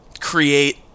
create